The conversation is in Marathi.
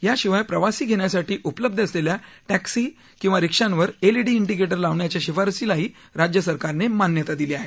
याशिवाय प्रवासी घेण्यासाठी उपलब्ध असलेल्या टॅक्सी किंवा रिक्षावर एलईडी डिकेटर लावण्याच्या शिफारसीलाही राज्य सरकारने मान्यता दिली आहे